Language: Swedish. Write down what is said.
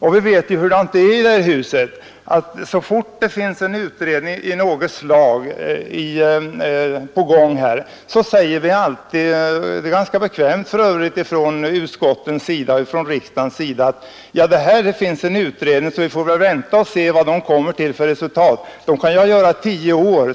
Vi vet hur det är i det här huset: så fort det finns en utredning av något slag på gång, säger vi alltid — vilket är ganska bekvämt — från utskottens sida och från riksdagens sida att ”här finns en utredning, så vi får väl vänta och se vad den kommer till för resultat”. En utredning kan arbeta i 10 år.